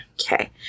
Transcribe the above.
okay